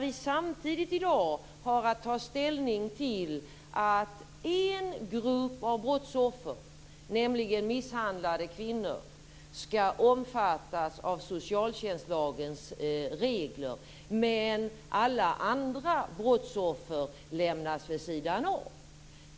I dag har vi ju att ta ställning till att en grupp av brottsoffer, nämligen misshandlade kvinnor, skall omfattas av socialtjänstlagens regler. Men alla andra brottsoffer lämnas vid sidan av.